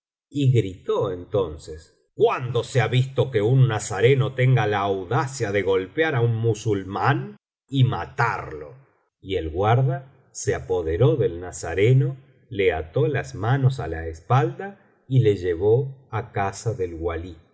y gritó entonces cuándo se ha visto que un nazareno tenga la audacia de golpear á un musulmán y matarlo y el guarda se apoderó del nazareno le ató las manos á la espalda y le llevó á casa del walí